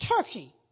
Turkey